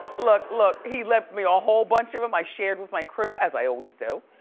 look, look, he left me a whole bunch of em. i shared with my crew, as i always do.